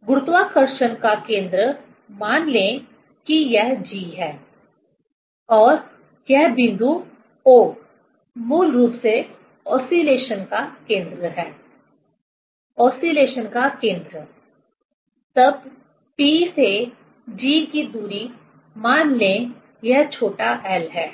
अब गुरुत्वाकर्षण का केंद्र मान ले कि यह G है और यह बिंदु O मूल रूप से ओसीलेशन का केंद्र है ओसीलेशन का केंद्र तब P से G की दूरी मान ले यह छोटा l है